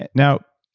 and now,